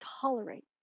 tolerate